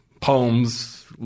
poems